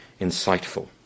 insightful